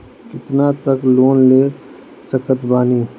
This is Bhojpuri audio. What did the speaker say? कितना तक लोन ले सकत बानी?